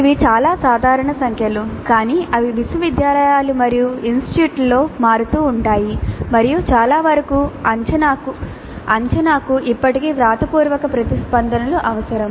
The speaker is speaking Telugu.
ఇవి చాలా సాధారణ సంఖ్యలు కానీ అవి విశ్వవిద్యాలయాలు మరియు ఇన్స్టిట్యూట్లలో మారుతూ ఉంటాయి మరియు చాలావరకు అంచనాకు ఇప్పటికీ వ్రాతపూర్వక ప్రతిస్పందనలు అవసరం